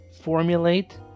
formulate